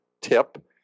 tip